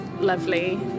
Lovely